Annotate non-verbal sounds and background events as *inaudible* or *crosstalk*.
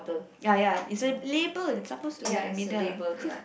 ya ya it's a label it's supposed to be in the middle *noise*